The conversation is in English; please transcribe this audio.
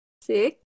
six